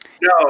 No